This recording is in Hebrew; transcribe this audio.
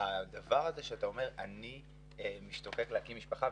הדבר הזה שאתה אומר: אני משתוקק להקים משפחה,